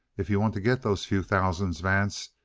if you want to get those few thousands, vance,